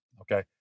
okay